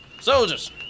Soldiers